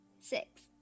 Six